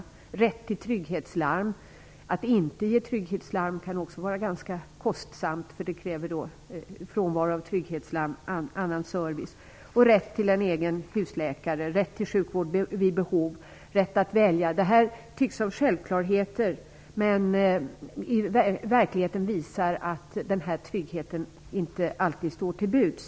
Det skulle finnas rätt till trygghetslarm. Att inte ge trygghetslarm kan också vara ganska kostsamt, för frånvaro av trygghetslarm kräver annan service. De äldre skulle ha rätt till en egen husläkare, rätt till sjukvård vid behov, rätt att välja. Det tycks som självklarheter, men verkligheten visar att denna trygghet inte alltid står till buds.